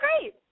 great